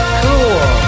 cool